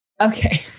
okay